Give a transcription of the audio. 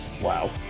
Wow